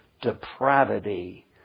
depravity